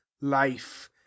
life